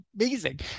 amazing